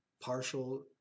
partial